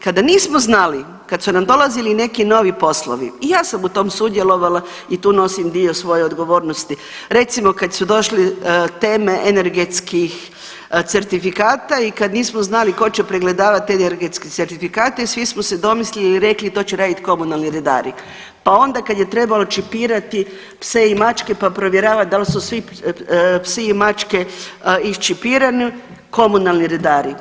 Kada nismo znali, kad su nam dolazili neki novi poslovi i ja sam u tom sudjelovala i tu nosim dio svoje odgovornosti, recimo kad su došli teme energetskih certifikata i kad nismo znali tko će pregledavati energetske certifikata i svi smo se domislili i rekli to će raditi komunalni redari, pa onda kad je trebalo čipirati pse i mačke, pa provjeravati da li svi psi i mačke isčipirani komunalni redari.